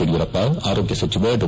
ಯಡಿಯೂರಪ್ಪ ಆರೋಗ್ನ ಸಚಿವ ಡಾ